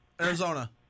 Arizona